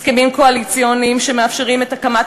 הסכמים קואליציוניים שמאפשרים את הקמת